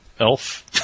Elf